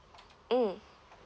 mm